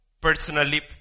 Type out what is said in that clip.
Personally